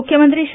मुख्यमंत्री श्री